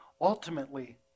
ultimately